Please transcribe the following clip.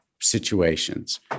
situations